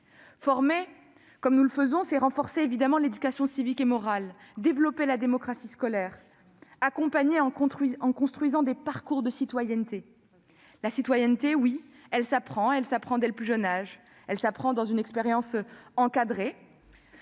Former, comme nous le faisons, c'est renforcer l'éducation civique et morale, développer la démocratie scolaire, accompagner en construisant des parcours de citoyenneté. Car, oui, celle-ci s'apprend dès le plus jeune âge, elle s'apprend dans une expérience encadrée